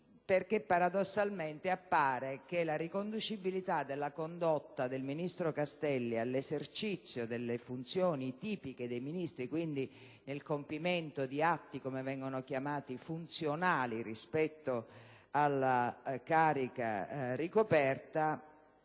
paradossalmente, appare che la riconducibilità della condotta del ministro Castelli all'esercizio delle funzioni tipiche dei ministri (e, quindi, nel compimento di atti definiti funzionali rispetto alla carica ricoperta)